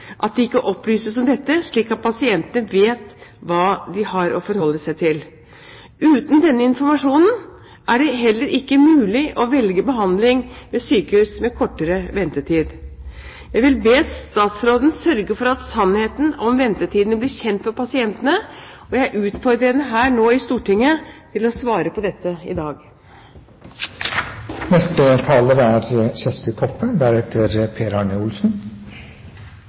at det ikke opplyses om dette, slik at pasientene vet hva de har å forholde seg til. Uten denne informasjonen er det heller ikke mulig å velge behandling ved sykehus med kortere ventetid. Jeg vil be statsråden sørge for at sannheten om ventetidene blir kjent for pasientene, og jeg utfordrer henne her nå i Stortinget til å svare på dette i dag.